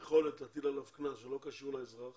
בין היכולת להטיל עליו קנס שלא קשור לאזרח